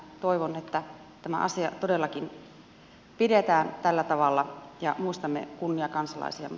toivon että tämä asia todellakin pidetään tällä tavalla ja muistamme kunniakansalaisiamme